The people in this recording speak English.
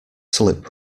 slip